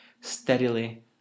Steadily